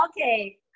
okay